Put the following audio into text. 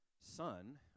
son